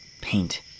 paint